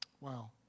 Wow